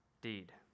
deed